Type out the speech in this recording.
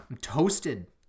toasted